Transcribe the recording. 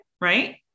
right